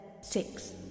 six